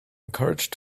encouraged